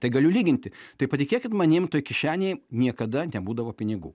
tai galiu lyginti tai patikėkit manim toj kišenėj niekada nebūdavo pinigų